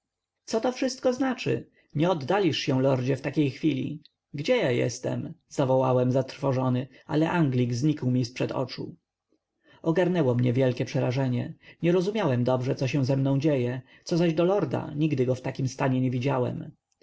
co to wszystko znaczy nie oddalisz się lordzie w takiej chwili gdzie ja jestem zawołałem zatrwożony ale anglik znikł mi z przed oczu ogarnęło mię wielkie przerażenie nie rozumiałem dobrze co się ze mną dzieje co zaś do lorda nigdy go w takim humorze nie widziałem